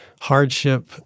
hardship